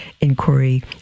inquiry